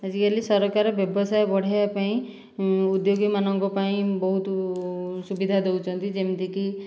ଆଜିକାଲି ସରକାର ବ୍ୟବସାୟ ବଢ଼ାଇବା ପାଇଁ ଉଦ୍ୟୋଗୀ ମାନଙ୍କ ପାଇଁ ବହୁତ ସୁବିଧା ଦେଉଛନ୍ତି ଯେମିତିକି